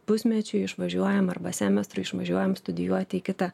pusmečiui išvažiuojam arba semestrui išvažiuojam studijuoti į kitą